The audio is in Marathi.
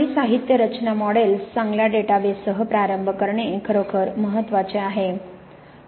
चांगली साहित्य रचना मॉडेल्स चांगल्या डेटाबेससह प्रारंभ करणे खरोखर महत्वाचे आहे